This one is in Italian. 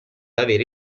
avere